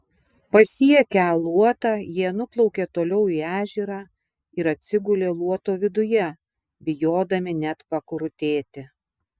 pasiekę luotą jie nuplaukė toliau į ežerą ir atsigulė luoto viduje bijodami net pakrutėti